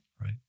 Right